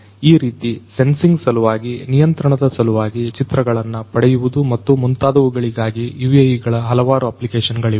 ಈ ರೀತಿ ಸೆನ್ಸಿಂಗ್ ಸಲುವಾಗಿ ನಿಯಂತ್ರಣದ ಸಲುವಾಗಿ ಚಿತ್ರಣಗಳನ್ನು ಪಡೆಯುವುದು ಮತ್ತು ಮುಂತಾದವುಗಳಿಗಾಗಿ UAVಗಳ ಹಲವಾರು ಅಪ್ಲಿಕೇಶನ್ ಗಳಿವೆ